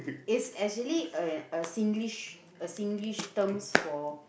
is actually a a Singlish a Singlish terms for